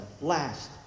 Last